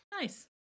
Nice